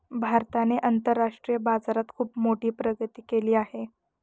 भारताने आंतरराष्ट्रीय बाजारात खुप मोठी प्रगती केली आहे